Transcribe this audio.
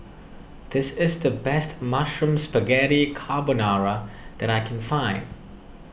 this is the best Mushroom Spaghetti Carbonara that I can find